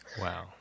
wow